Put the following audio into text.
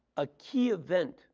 a key event